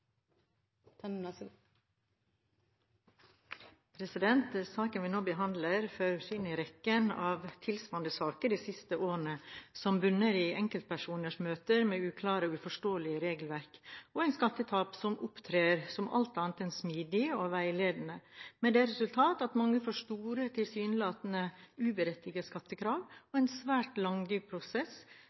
saken vi nå behandler, føyer seg inn i rekken av tilsvarende saker de siste årene, som bunner i enkeltpersoners møte med uklart eller uforståelig regelverk og en skatteetat som opptrer som alt annet enn smidig og veiledende, med det resultat at mange får store, tilsynelatende uberettigede skattekrav, med en svært lang prosess